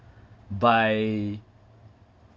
by